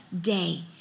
day